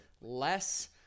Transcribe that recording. less